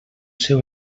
seu